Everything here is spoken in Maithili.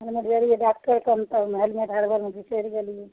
हमे गेलिए डॉकटर कन तऽ हेलमेट हड़बड़मे बिसरि गेलिए